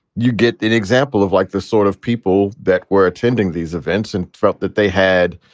you get an example of like this sort of people that were attending these events and felt that they had,